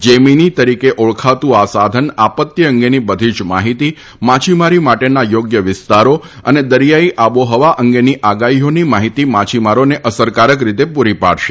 Gemini તરીકે ઓળખાતુ આ સાધન આપત્તી અંગેની બધી જ માહિતી માછીમારી માટેના થોગ્ય વિસ્તારો અને દરિયાઇ આબોહવા અંગેની આગાહીઓની માહિતી માછીમારોને અસરકારક રીતે પુરી પાડશે